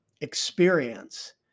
experience